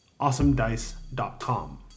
awesomedice.com